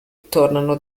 tornano